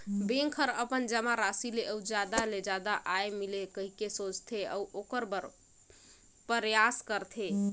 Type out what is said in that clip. bank हर अपन जमा राशि ले अउ जादा ले जादा आय मिले कहिके सोचथे, अऊ ओखर बर परयास करथे